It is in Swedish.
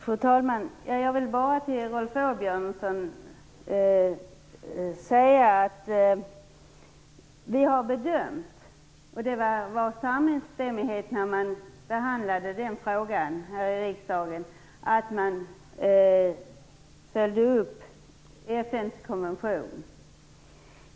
Fru talman! Jag vill bara till Rolf Åbjörnsson säga att vi har bedömt, och det var samstämmighet när man behandlade den frågan här i riksdagen, att man följde upp FN:s konvention.